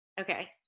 Okay